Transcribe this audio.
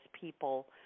people